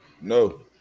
No